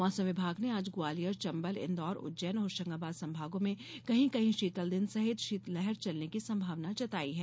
मौसम विभाग ने आज ग्वालियर चंबल इंदौर उज्जैन और होशंगाबाद संभागो में कहीं कहीं शीतल दिन सहित शीतलहर चलने की संभावना जताई है